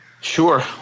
Sure